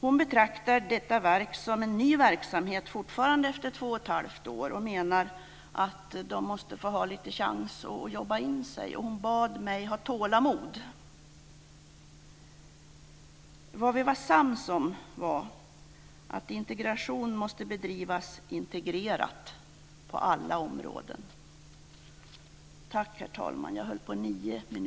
Hon betraktar fortfarande detta verk som en ny verksamhet efter två och ett halvt år. Hon menar att de måste få en chans att jobba in sig. Hon bad mig ha tålamod. Vi var sams om att integration måste bedrivas integrerat på alla områden.